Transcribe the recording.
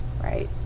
right